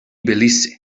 belize